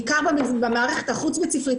בעיקר במערכת החוץ בית ספרית,